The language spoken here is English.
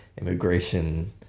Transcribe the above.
immigration